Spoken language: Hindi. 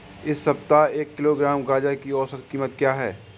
इस सप्ताह एक किलोग्राम गाजर की औसत कीमत क्या है?